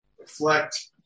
reflect